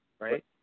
right